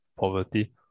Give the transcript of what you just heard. Poverty